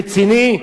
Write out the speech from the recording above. רציני,